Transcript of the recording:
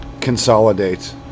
consolidate